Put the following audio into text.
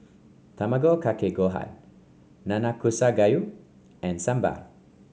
Tamago Kake Gohan Nanakusa Gayu and Sambar